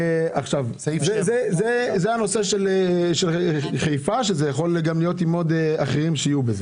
זה הנושא של חיפה, שיכול להיות עם עוד אחרים.